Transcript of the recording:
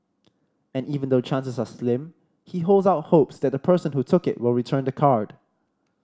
and even though chances are slim he holds out hope that the person who took it will return the card